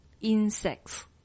Insects